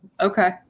Okay